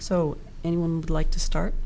so anyone would like to start